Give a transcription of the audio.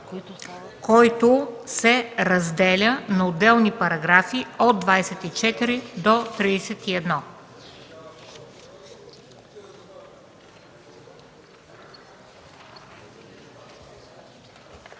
който се разделя на отделни параграфи от 24 до 31.